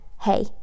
hey